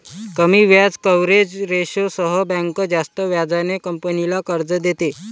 कमी व्याज कव्हरेज रेशोसह बँक जास्त व्याजाने कंपनीला कर्ज देते